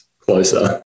closer